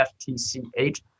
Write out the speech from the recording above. FTCH